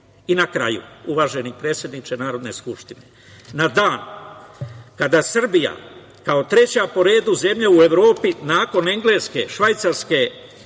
kraju, uvaženi predsedniče Narodne skupštine, na dan kada Srbija kao treća po redu zemlja u Evropi, nakon Engleske, Švajcarske,